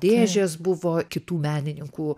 dėžės buvo kitų menininkų